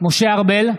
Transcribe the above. משה ארבל,